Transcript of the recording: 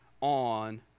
on